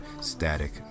Static